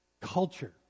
Culture